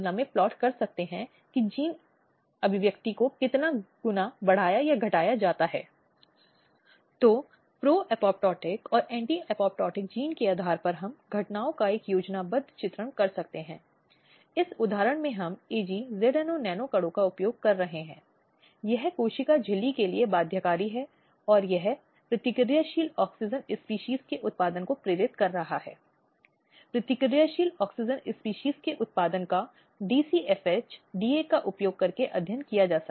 कन्या श्री योजना जिसे पश्चिम बंगाल द्वारा लिया गया है और जिसे हाल ही में एक एकजुट राष्ट्रों ने पुरस्कृत किया है ये बेहद सकारात्मक कदम हैं जिन्हें संबोधित करने के लिए शिक्षा का मुद्दा प्रारंभिक बाल विवाह के मुद्दे पर विशेष रूप से मंथन को प्रोत्साहित करने के लिए शिक्षा का मुद्दा हो सकता है